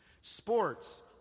Sports